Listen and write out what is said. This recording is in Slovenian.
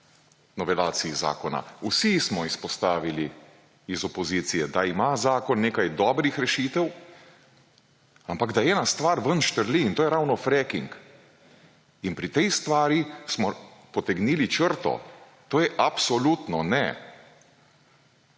novelaciji zakona. Vsi smo izpostavili iz opozicije, da ima zakon nekaj dobrih rešitev, ampak da ena stvar ven štrli in to je ravno fracking. In pri tej stvari smo potegnili črto. To je absolutno ne.